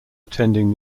attending